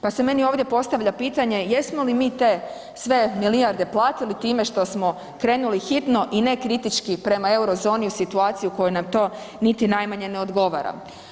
Pa se meni ovdje postavlja pitanje jesmo mi te sve milijarde platili time što smo krenuli hitno i nekritički prema Eurozoni u situaciji u kojoj nam to niti najmanje ne odgovara.